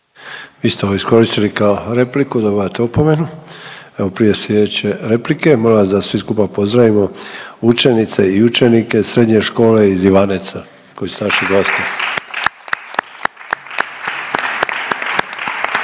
Vi ste ovo iskoristili kao repliku, dobivate opomenu. Evo, prije sljedeće replika, molim vas da svi skupa pozdravimo učenice i učenike Srednje škole iz Ivaneca koji su naši gosti.